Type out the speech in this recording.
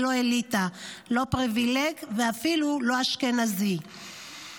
לא אליטה / לא פריבילג ואפילו לא אשכנזי /